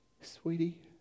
sweetie